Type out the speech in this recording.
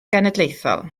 genedlaethol